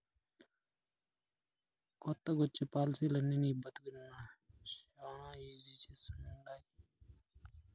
కొత్తగొచ్చే పాలసీలనీ నీ బతుకుని శానా ఈజీ చేస్తండాయి